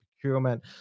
procurement